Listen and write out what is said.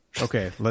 Okay